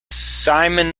simon